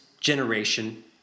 generation